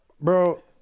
bro